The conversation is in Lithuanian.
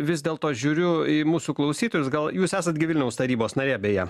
vis dėl to žiūriu į mūsų klausytojus gal jūs esat gi vilniaus tarybos narė beje